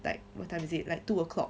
like what time is it like two o'clock